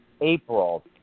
April